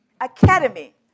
Academy